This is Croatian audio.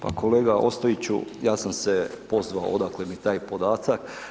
Pa kolega Ostojiću, ja sam se pozvao odakle mi taj podatak.